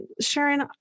Sharon